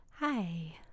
Hi